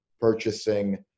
purchasing